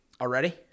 Already